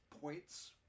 points